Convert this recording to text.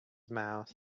mouth